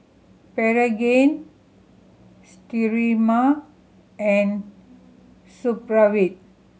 Pregain Sterimar and Supravit